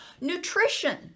nutrition